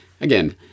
Again